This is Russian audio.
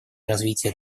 развития